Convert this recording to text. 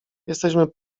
jesteśmy